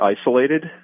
isolated